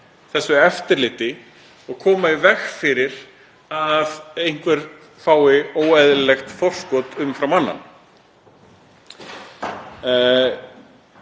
þessu eftirliti og koma í veg fyrir að einhver fái óeðlilegt forskot umfram annan.